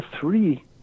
three